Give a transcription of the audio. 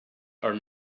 are